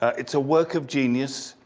it's a work of genius,